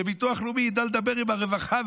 שביטוח לאומי ידע לדבר עם הרווחה,